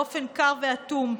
באופן קר ואטום,